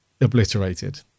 obliterated